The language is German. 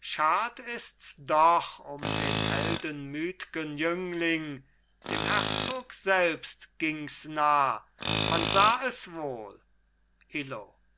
schad ists doch um den heldenmütgen jüngling dem herzog selbst gings nah man sah es wohl illo